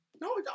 No